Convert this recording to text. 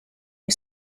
que